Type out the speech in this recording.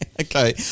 Okay